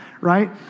right